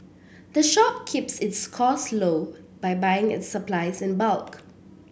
the shop keeps its costs low by buying its supplies in bulk